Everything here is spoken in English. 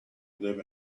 live